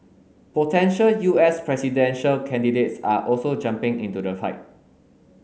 potential U S presidential candidates are also jumping into the fight